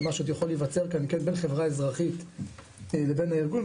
מה שעוד יכול להיווצר כאן בין חברה אזרחית לבין הארגון,